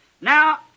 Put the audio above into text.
now